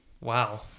Wow